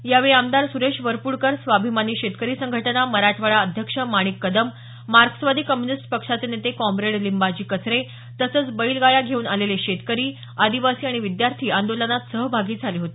यावेळी आमदार सुरेश वरप्डकर स्वाभिमानी शेतकरी संघटना मराठवाडा अध्यक्ष माणिक कदम मार्क्सवादी कम्यूनिस्ट पक्षाचे नेते कॉमरेड लिंबाजी कचरे तसंच बैल गाड्या घेऊन आलेले शेतकरी आदिवासी आणि विद्यार्थी या आंदोलनात सहभागी झाले होते